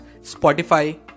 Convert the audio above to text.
Spotify